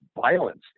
violence